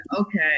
okay